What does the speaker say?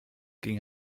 ging